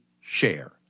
share